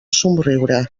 somriure